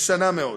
ישנה מאוד,